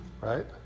Right